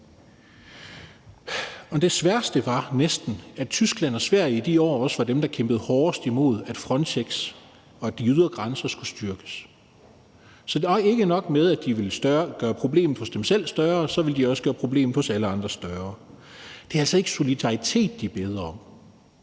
Det værste var næsten, at Tyskland og Sverige i de år også var dem, der kæmpede hårdest imod, at Frontex og de ydre grænser skulle styrkes. Så ikke nok med, at de ville gøre problemet større hos sig selv; de ville også gøre problemet hos alle andre større. Det er altså ikke solidaritet, de beder om.